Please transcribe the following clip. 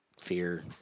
fear